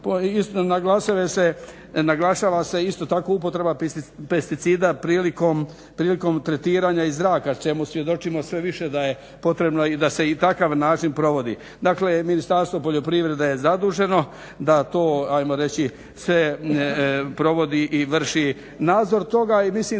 važno. Naglašava se isto tako upotreba pesticida prilikom tretiranja iz zraka čemu svjedočimo sve više da je potrebno i da se i takav način provodi. Dakle, Ministarstvo poljoprivrede je zaduženo da to ajmo reći sve provodi i vrši nadzor toga i mislim